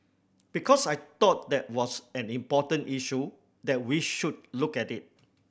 because I thought that was an important issue that we should look at it